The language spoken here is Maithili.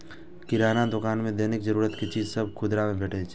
किराना दोकान मे दैनिक जरूरत के चीज सभ खुदरा मे भेटै छै